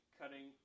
cutting